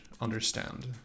understand